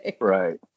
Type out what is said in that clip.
Right